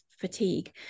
fatigue